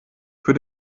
für